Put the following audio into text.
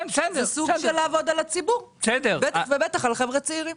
זה סוג של לעבוד על הציבור ובטח על חבר'ה צעירים.